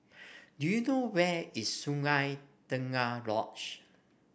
do you know where is Sungei Tengah Lodge